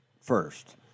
first